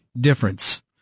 difference